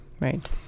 right